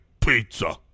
pizza